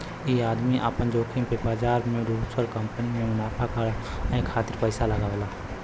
ई आदमी आपन जोखिम पे बाजार मे दुसर कंपनी मे मुनाफा कमाए खातिर पइसा लगावेला